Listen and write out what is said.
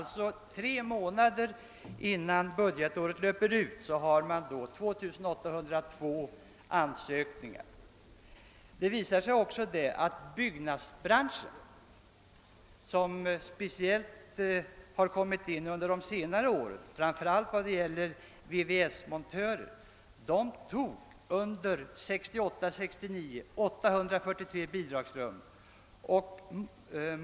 Tre månader innan budgeten löper ut har man alltså fått in 2 302 ansökningar. Det visar sig att byggnadsbranschen, som speciellt kommit in under de senare åren, framför allt vad gäller VVS-montörer, under 1968/69 tog i anspråk 8453 bidragsrum.